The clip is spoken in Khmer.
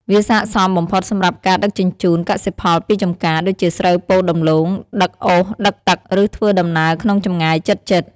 វាស័ក្តិសមបំផុតសម្រាប់ការ ដឹកជញ្ជូនកសិផលពីចម្ការ ដូចជាស្រូវ ពោត ដំឡូង ដឹកអុស ដឹកទឹក ឬធ្វើដំណើរក្នុងចម្ងាយជិតៗ ។